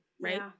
right